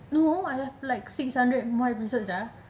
no I have like six hundred more episodes sia